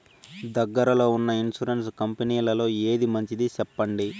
దగ్గర లో ఉన్న ఇన్సూరెన్సు కంపెనీలలో ఏది మంచిది? సెప్పండి?